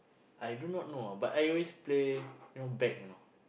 I do not know ah but I always play you know bag you know